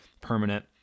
permanent